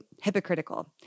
hypocritical